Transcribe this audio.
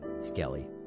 Skelly